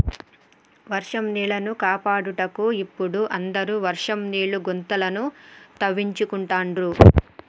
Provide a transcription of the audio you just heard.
వర్షం నీళ్లను కాపాడుటకు ఇపుడు అందరు వర్షం నీళ్ల గుంతలను తవ్వించుకుంటాండ్రు